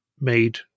made